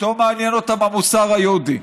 פתאום מעניין אותה מהמוסר היהודי.